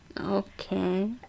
Okay